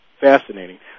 fascinating